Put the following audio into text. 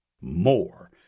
more